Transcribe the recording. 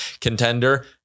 contender